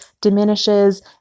diminishes